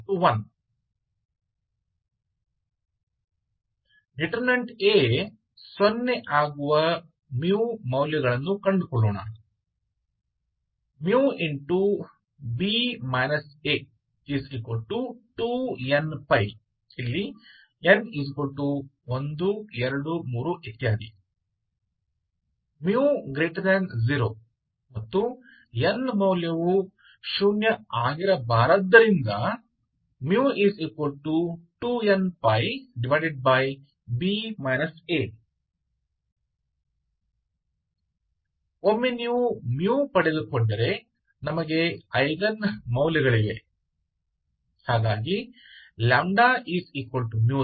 cos 1 आइए वे मूल्यों की ज्ञात करें जिनके लिए डिटर्मिननेंट A 0 बन जाता है b a2nπ n123 चूंकि μ0 n शून्य नहीं होना चाहिए इसलिए μ2nπ एक बार जब आप μ प्राप्त कर लेते हैं तो हमारे पास एगेन मूल्यों होते हैं λ24n222 एगेन eigen से संबंधित फंक्शन क्या है